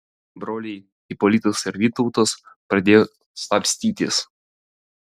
broliai ipolitas ir vytautas pradėjo slapstytis